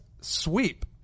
sweep